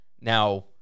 Now